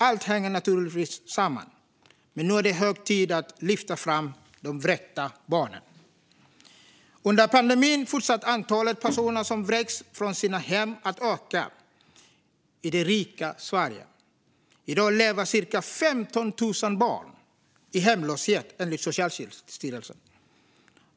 Allt hänger naturligtvis samman, men nu är det hög tid att lyfta fram de vräkta barnen. Under pandemin fortsatte antalet personer som vräks från sina hem att öka i det rika Sverige. I dag lever cirka 15 000 barn i hemlöshet, enligt Socialstyrelsen.